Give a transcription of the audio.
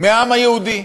מהעם היהודי,